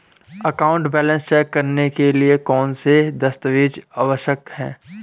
Account balance check करने के लिए कौनसे दस्तावेज़ आवश्यक हैं?